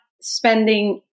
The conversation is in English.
spending